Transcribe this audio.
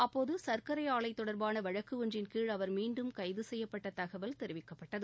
அப்போது சர்க்கரை ஆலை தொடர்பான வழக்கு ஒன்றின் கீழ் அவர் மீண்டும் கைது செய்யப்பட்ட தகவல் தெரிவிக்கப்பட்டது